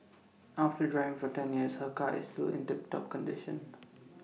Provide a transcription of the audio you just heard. after driving for ten years her car is still in tip top condition